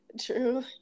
true